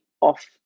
off